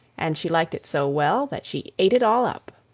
and she liked it so well that she ate it all up.